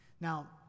Now